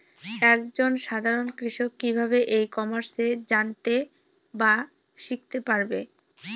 এক জন সাধারন কৃষক কি ভাবে ই কমার্সে জানতে বা শিক্ষতে পারে?